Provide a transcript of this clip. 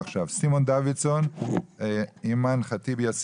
סימון דוידסון, בבקשה.